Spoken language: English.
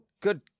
good